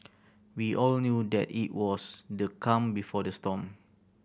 we all knew that it was the calm before the storm